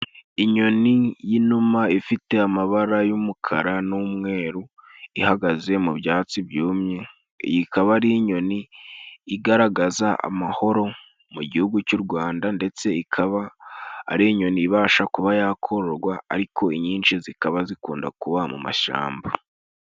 Inyoni y'inuma ifite amabara y'umukara n'umweru, ihagaze mu byatsi byumye, iyi ikaba ari inyoni igaragaza amahoro mu gihugu cy'u Rwanda, ndetse ikaba ari inyoni ibasha kuba yakorogwa ariko inyinshi zikaba zikunda kuba mu mashamba.